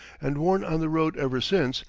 and worn on the road ever since,